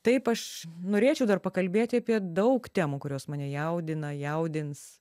taip aš norėčiau dar pakalbėti apie daug temų kurios mane jaudina jaudins